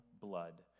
blood